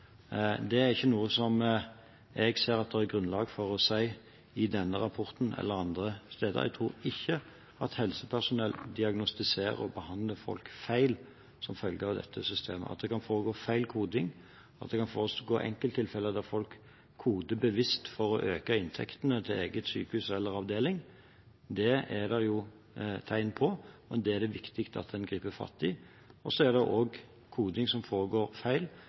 ikke noe jeg ser at det er grunnlag for å si, i denne rapporten eller andre steder. Jeg tror ikke at helsepersonell diagnostiserer og behandler folk feil som følge av dette systemet. At det kan forekomme feil koding, at det kan forekomme enkelttilfeller der folk koder bevisst for å øke inntektene til eget sykehus eller egen avdeling, er det tegn på – og det er det viktig å gripe fatt i. Så blir også koding feil rett og slett fordi folk har ulike vurderinger og